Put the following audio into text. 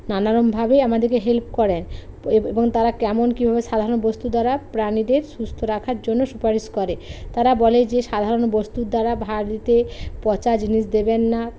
নানারমভাবে আমাদেরকে হেল্প করেন এবং তারা কেমন কীভাবে সাধারণ বস্তু দ্বারা প্রাণীদের সুস্থ রাখার জন্য সুপারিশ করে তারা বলে যে সাধারণ বস্তুর দ্বারা ভাড়িতে পচা জিনিস দেবেন না